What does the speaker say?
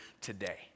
today